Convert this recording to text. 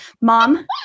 Mom